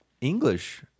English